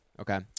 okay